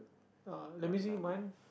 ah you're missing one